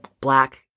black